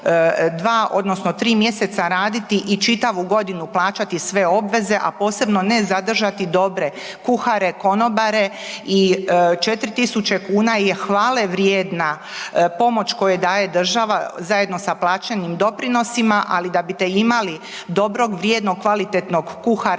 odnosno 3 mjeseca raditi i čitavu godinu plaćati sve obveze, a posebno ne zadržati dobre kuhare, konobare i 4.000 kuna je hvalevrijedna pomoć koje daje država zajedno sa plaćenim doprinosima, ali da bite imali dobrog, vrijednog, kvalitetnog kuhara